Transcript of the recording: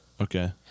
Okay